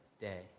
day